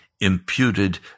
imputed